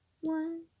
One